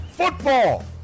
Football